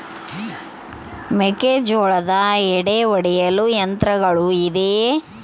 ಮೆಕ್ಕೆಜೋಳದ ಎಡೆ ಒಡೆಯಲು ಯಂತ್ರಗಳು ಇದೆಯೆ?